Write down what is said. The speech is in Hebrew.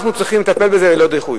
אנחנו צריכים לטפל בזה ללא דיחוי.